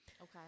Okay